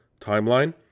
timeline